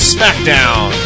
Smackdown